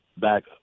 back